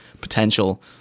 potential